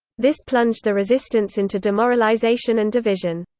this plunged the resistance into demoralisation and division.